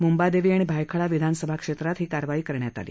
मुंबादक्षी आणि भायखळा विधानसभा क्षद्यात ही कारवाई करण्यात आली